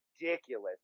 ridiculous